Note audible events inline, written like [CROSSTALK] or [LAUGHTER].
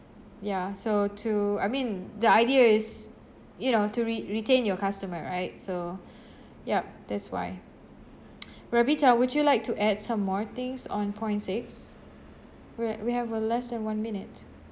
ya so to I mean the idea is you know to re~ retain your customer right so yup that's why [NOISE] ravita would you like to add some more things on point six we're at we have uh less than one minute